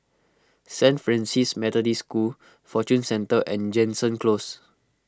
Saint Francis Methodist School Fortune Centre and Jansen Close